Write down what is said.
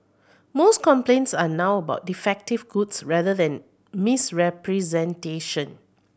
most complaints are now about defective goods rather than misrepresentation